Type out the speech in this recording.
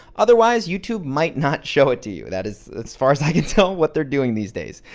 otherwise, youtube might not show it to you that is as far as i can tell what they're doing these days.